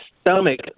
stomach